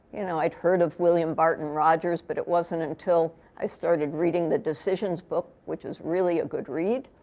you know, i'd heard of william barton rogers, but it wasn't until i started reading the decisions book, which is really a good read,